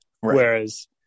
Whereas